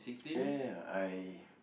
ya ya I